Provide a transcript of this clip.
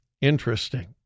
Interesting